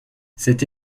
cette